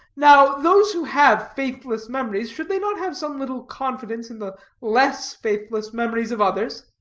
now, those who have faithless memories, should they not have some little confidence in the less faithless memories of others?